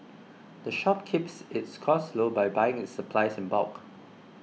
the shop keeps its costs low by buying its supplies in bulk